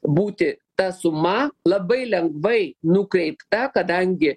būti ta suma labai lengvai nukreipta kadangi